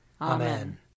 Amen